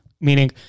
Meaning